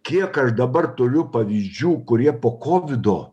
kiek aš dabar turiu pavyzdžių kurie po kovido